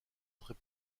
très